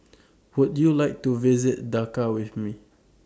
Would YOU like to visit Dhaka with Me